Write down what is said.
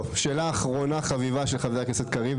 טוב, שאלה אחרונה חביבה של חבר הכנסת קריב.